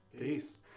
peace